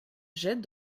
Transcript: jette